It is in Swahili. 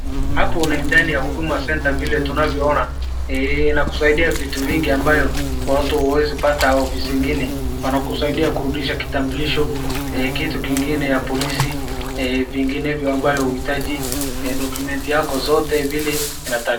Hapo ni ndani ya huduma centre vile tunavyoona, inakusaidia vitu vingi ambavyo watu hawaezi pata ofisi ingine wanakusaidia kurudisha kitambulisho, kitu kingine ya polisi, vinginevyo ambayo hauhitaji document yako zote vile inatakikana.